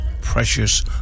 Precious